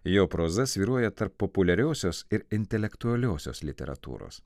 jo proza svyruoja tarp populiariosios ir intelektualiosios literatūros